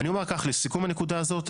אני אומר כך לסיכום הנקודה הזאת,